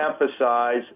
emphasize